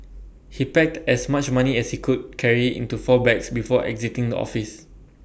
he packed as much money as he could carry into four bags before exiting the office